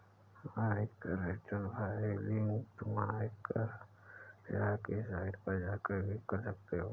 आयकर return filing तुम आयकर विभाग की साइट पर जाकर भी कर सकते हो